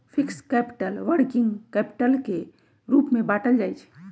fixed capital, working capital के रूप में बाटल जाइ छइ